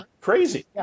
Crazy